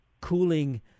cooling